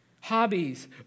hobbies